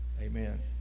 Amen